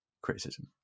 criticism